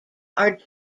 are